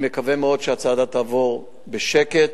אני מקווה מאוד שהצעדה תעבור בשקט.